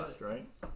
right